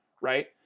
right